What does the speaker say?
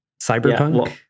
Cyberpunk